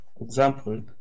Example